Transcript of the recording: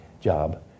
job